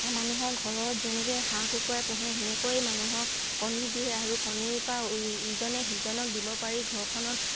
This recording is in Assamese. মানুহৰ ঘৰত যেনেকৈ হাঁহ কুকুৰা পুহে সেনেকৈ মানুহক কণী দিয়ে আৰু কণীৰপৰা ইজনে সিজনক দিব পাৰি ঘৰখনত